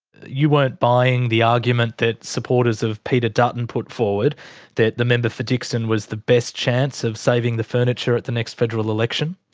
you weren't buying the argument that supporters of peter dutton put forward that the member for dickson was the best chance of saving the furniture at the next federal election?